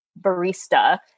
barista